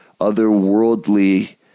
otherworldly